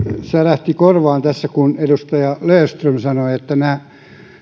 särähti korvaan tässä kun edustaja löfström sanoi että nämä